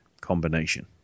combination